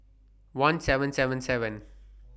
one seven seven seven